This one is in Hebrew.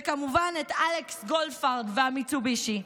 וכמובן את אלכס גולדפרב והמיצובישי.